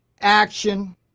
action